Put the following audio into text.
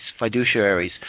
fiduciaries